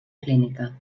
clínica